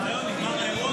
זהו, נגמר האירוע?